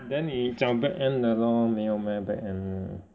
then 你找 back end 的 loh 没有 meh back end 的